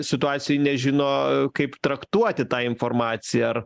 situacijoj nežino kaip traktuoti tą informaciją ar